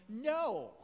No